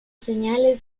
señales